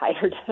tired